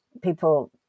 people